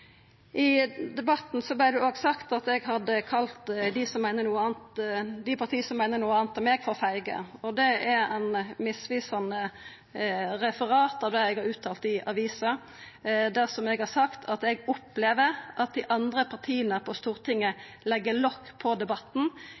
I debatten vart det òg sagt at eg hadde kalla dei partia som meiner noko anna enn meg, for «feige». Det er misvisande referat av det eg har uttalt til avisa. Det eg har sagt, er at eg opplever at dei andre partia på Stortinget legg lok på debatten.